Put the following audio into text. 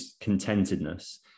contentedness